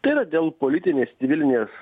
tai yra dėl politinės civilinės